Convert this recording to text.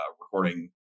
recording